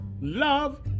Love